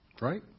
right